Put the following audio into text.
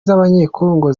z’abanyekongo